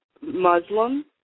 Muslim